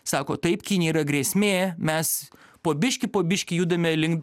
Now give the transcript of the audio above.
sako taip kinija yra grėsmė mes po biškį po biškį judame link